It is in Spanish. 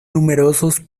numerosos